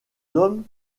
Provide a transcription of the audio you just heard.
hommes